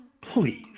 Please